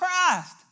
Christ